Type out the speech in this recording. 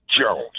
Jones